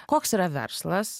koks yra verslas